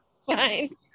Fine